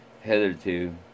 Hitherto